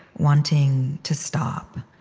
wanting to stop,